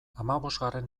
hamabosgarren